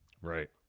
Right